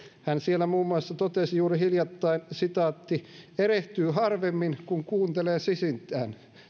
hän siellä muun muassa totesi juuri hiljattain erehtyy harvemmin kun kuuntelee sisintään